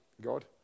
God